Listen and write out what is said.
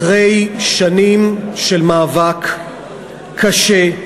אחרי שנים של מאבק קשה,